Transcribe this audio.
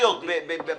הסיגריות